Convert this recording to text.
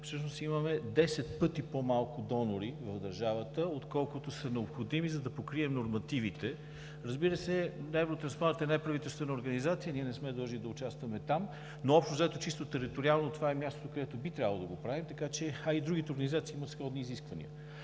всъщност имаме 10 пъти по-малко донори в държавата, отколкото са необходими, за да покрием нормативите. Разбира се, Евротрансплант е неправителствена организация и не сме длъжни да участваме там, но общо-взето чисто териториално, това е място, където би трябвало да го правим, а и другите организации имат сходни изисквания.